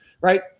right